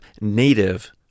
native